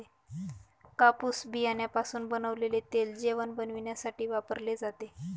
कापूस बियाण्यापासून बनवलेले तेल जेवण बनविण्यासाठी वापरले जाते